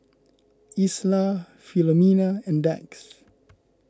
Isla Filomena and Dax